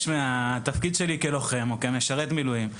בתפקיד שלי כלוחם או כמשרת מילואים.